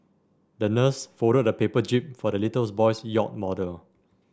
the nurse folded a paper jib for the little boy's yacht model